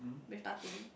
with nothing